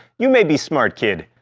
you may be smart, kid,